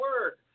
work